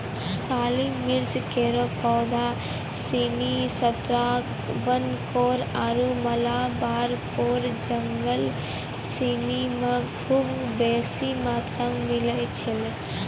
काली मिर्च केरो पौधा सिनी त्रावणकोर आरु मालाबार केरो जंगल सिनी म खूब बेसी मात्रा मे मिलै छै